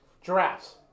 Giraffes